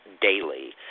daily